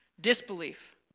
Disbelief